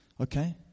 Okay